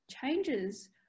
changes